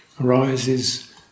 arises